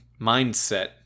mindset